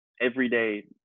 everyday